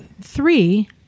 three